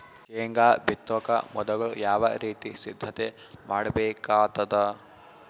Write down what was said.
ಶೇಂಗಾ ಬಿತ್ತೊಕ ಮೊದಲು ಯಾವ ರೀತಿ ಸಿದ್ಧತೆ ಮಾಡ್ಬೇಕಾಗತದ?